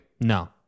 No